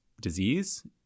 disease